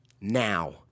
now